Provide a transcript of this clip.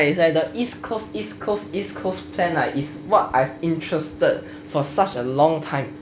and is like the east coast east coast east coast plan is what I interested for such a long time